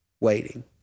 waiting